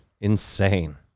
insane